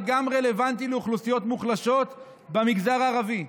זה רלוונטי גם לאוכלוסיות מוחלשות במגזר הערבי.